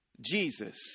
Jesus